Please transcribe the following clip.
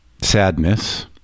sadness